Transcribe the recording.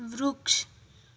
વૃક્ષ